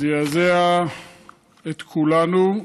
זעזע את כולנו.